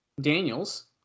Daniels